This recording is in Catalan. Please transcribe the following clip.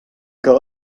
que